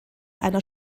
einer